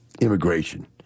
immigration